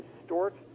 distort